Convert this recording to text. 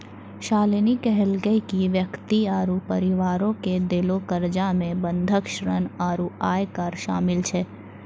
शालिनी कहलकै कि व्यक्ति आरु परिवारो के देलो कर्जा मे बंधक ऋण आरु आयकर शामिल छै